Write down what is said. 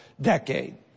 decade